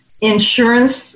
insurance